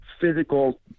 physical